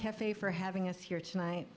cafe for having us here tonight